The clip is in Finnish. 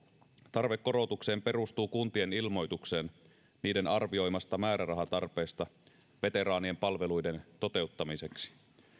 tarve korotukseen perustuu kuntien ilmoitukseen niiden arvioimasta määrärahatarpeesta veteraanien palveluiden toteuttamiseksi